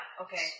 Okay